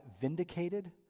vindicated